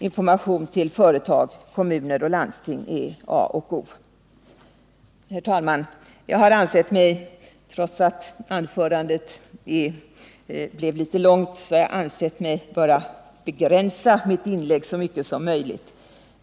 Information till företag, kommuner och landsting är A och O. Herr talman! Trots att mitt anförande blev ganska långt har jag försökt att begränsa det så mycket som möjligt.